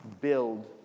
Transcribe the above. build